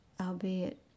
albeit